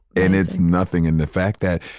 and it's nothing and the fact that,